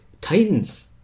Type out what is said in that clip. Titans